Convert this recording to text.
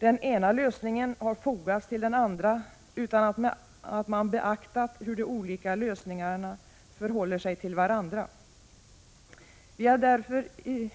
Den ena lösningen har fogats till den andra utan att man beaktat hur de olika lösningarna förhåller sig till varandra. Vi har därför i